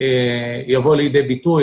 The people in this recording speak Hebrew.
יבוא לידי ביטוי.